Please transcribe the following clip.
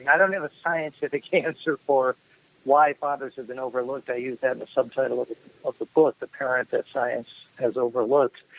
and i don't have a scientific answer for why fathers have been overlooked. i used that in the subtitle of the book, the parent that science has overlooked.